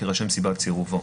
תירשם סיבת סירובו.